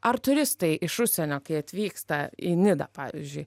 ar turistai iš užsienio kai atvyksta į nidą pavyzdžiui